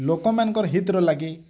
ଲୋକମାନ୍ଙ୍କର ହିତ୍ର ଲାଗି